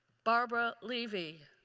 barbara levy,